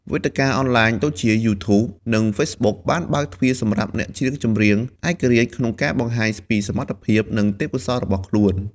វេទិកាអនឡាញដូចជា យូធូប និងហ្វេសប៊ុកបានបើកទ្វារសម្រាប់អ្នកចម្រៀងឯករាជ្យក្នុងការបង្ហាញពីសមត្ថភាព និងទេសពកោសល្យរបស់ខ្លួន។